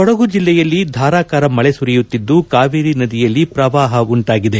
ಕೊಡಗು ಜಿಲ್ಲೆಯಲ್ಲಿ ಧಾರಾಕಾರ ಮಳೆ ಸುರಿಯುತ್ತಿದ್ದು ಕಾವೇರಿ ನದಿಯಲ್ಲಿ ಪ್ರವಾಪ ಉಂಟಾಗಿದೆ